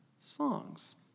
songs